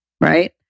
right